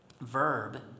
verb